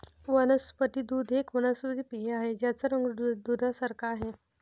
वनस्पती दूध एक वनस्पती पेय आहे ज्याचा रंग दुधासारखे आहे